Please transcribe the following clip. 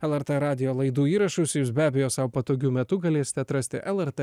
lrt radijo laidų įrašus jūs be abejo sau patogiu metu galėsite atrasti lrt